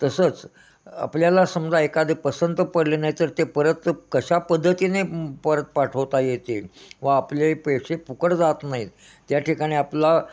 तसंच आपल्याला समजा एखादे पसंत पडले नाही तर ते परत कशा पद्धतीने परत पाठवता येते व आपले पैसे फुकट जात नाहीत त्या ठिकाणी आपला